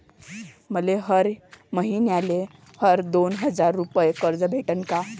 मले हर मईन्याले हर दोन हजार रुपये कर्ज भेटन का?